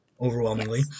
overwhelmingly